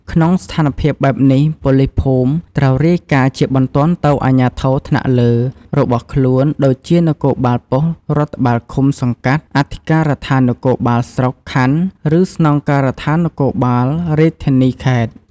ក្នុងស្ថានភាពបែបនេះ ប៉ូលីសភូមិត្រូវ រាយការណ៍ជាបន្ទាន់ទៅអាជ្ញាធរថ្នាក់លើ របស់ខ្លួន ដូចជានគរបាលប៉ុស្តិ៍រដ្ឋបាលឃុំ-សង្កាត់ អធិការដ្ឋាននគរបាលស្រុក-ខណ្ឌ ឬស្នងការដ្ឋាននគរបាលរាជធានី-ខេត្ត។